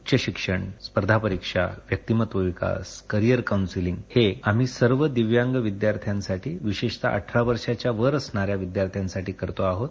उच्च शिक्षण स्पर्धा परीक्षा व्याक्तिमत्व विकासकरिअर काउन्सिलिंग हे आम्ही सर्व दिव्यांग विद्यार्थ्यासाठी विशेषतः अठरा वर्षाच्या वर असणाऱ्या विद्यार्थ्यांसाठी करतो आहोत